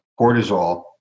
cortisol